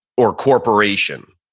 or corporation,